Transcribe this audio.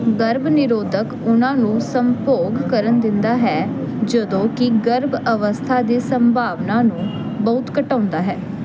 ਗਰਭ ਨਿਰੋਧਕ ਉਹਨਾਂ ਨੂੰ ਸੰਭੋਗ ਕਰਨ ਦਿੰਦਾ ਹੈ ਜਦੋਂ ਕਿ ਗਰਭ ਅਵਸਥਾ ਦੀ ਸੰਭਾਵਨਾ ਨੂੰ ਬਹੁਤ ਘਟਾਉਂਦਾ ਹੈ